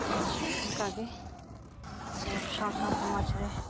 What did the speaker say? ᱚᱱᱠᱟᱜᱮ ᱟᱵᱚ ᱥᱟᱶᱛᱟ ᱥᱚᱢᱟᱡᱽ ᱨᱮ